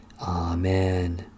Amen